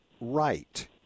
right